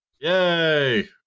Yay